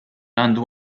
għandu